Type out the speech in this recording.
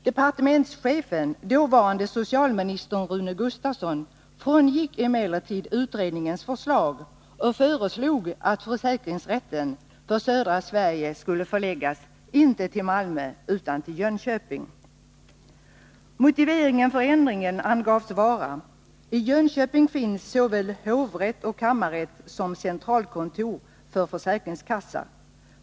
Departementschefen, dåvarande socialministern Rune Gustavsson, frångick emellertid utredningens förslag och föreslog att försäkringsrätten för södra Sverige skulle förläggas inte till Malmö utan till Jönköping. Motiveringen för ändringen angavs vara:”I Jönköping finns såväl hovrätt och kammarrätt som centralkontor för försäkringskassa.